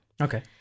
Okay